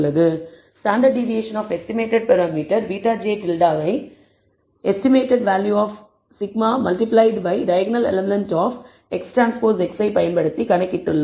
எனவே standard deviation of estimated parameter β̂j யை estimated value of σ multiply by diagonal element of XTX யை பயன்படுத்தி கணக்கிட்டுள்ளோம்